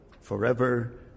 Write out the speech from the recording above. forever